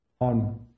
on